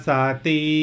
Sati